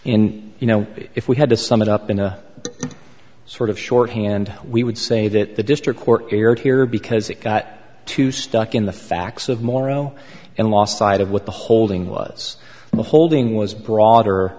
and you know if we had to sum it up in a sort of shorthand we would say that the district court erred here because it got too stuck in the facts of morrow and lost sight of what the holding was the holding was broader